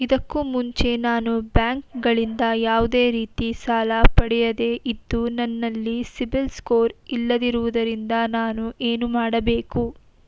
ಇದಕ್ಕೂ ಮುಂಚೆ ನಾನು ಬ್ಯಾಂಕ್ ಗಳಿಂದ ಯಾವುದೇ ರೀತಿ ಸಾಲ ಪಡೆಯದೇ ಇದ್ದು, ನನಲ್ಲಿ ಸಿಬಿಲ್ ಸ್ಕೋರ್ ಇಲ್ಲದಿರುವುದರಿಂದ ನಾನು ಏನು ಮಾಡಬೇಕು?